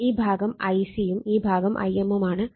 ഈ ഭാഗം Ic യും ഈ ഭാഗം Im ആണ്